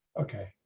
Okay